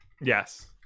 Yes